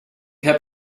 heb